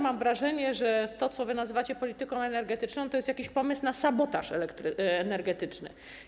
Mam wrażenie, że to, co wy nazywacie polityką energetyczną, to jest jakiś pomysł na sabotaż energetyczny.